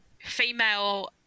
female